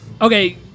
okay